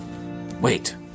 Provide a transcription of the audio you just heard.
Wait